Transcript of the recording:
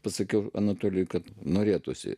pasakiau anatoliui kad norėtųsi